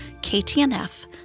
KTNF